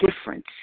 difference